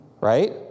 right